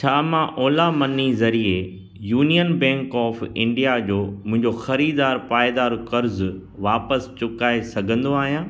छा मां ओला मनी ज़रिए यूनियन बैंक ऑफ़ इंडिया जो मुंहिंजो ख़रीदारु पाइदारु क़र्ज़ु वापसि चुकाए सघंदो आहियां